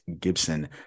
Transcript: Gibson